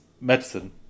medicine